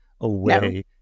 away